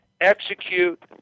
execute